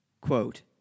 quote